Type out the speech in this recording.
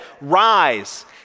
rise